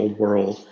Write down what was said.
world